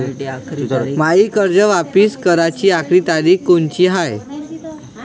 मायी कर्ज वापिस कराची आखरी तारीख कोनची हाय?